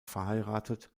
verheiratet